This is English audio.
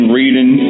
reading